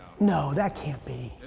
no, that can't be.